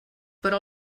però